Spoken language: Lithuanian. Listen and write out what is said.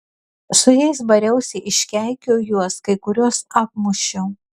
su jais bariausi iškeikiau juos kai kuriuos apmušiau